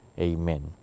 Amen